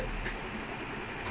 it's not just that but